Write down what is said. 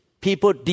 People